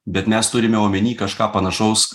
bet mes turime omeny kažką panašaus